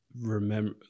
Remember